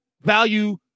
value